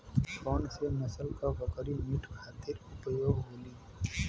कौन से नसल क बकरी मीट खातिर उपयोग होली?